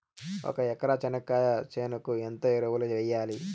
ఒక ఎకరా చెనక్కాయ చేనుకు ఎంత ఎరువులు వెయ్యాలి?